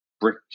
brick